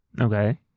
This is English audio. Okay